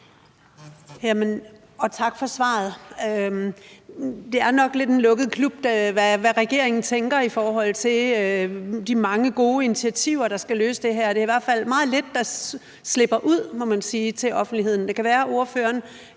Tak for svaret. Det er nok lidt en lukket klub, hvad angår, hvad regeringen tænker i forhold til de mange gode initiativer, der skal løse det her. Det er i hvert fald meget lidt, der slipper ud, må man sige, til offentligheden. Det kan være, ordføreren